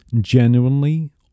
genuinely